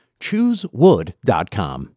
Choosewood.com